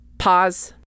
Pause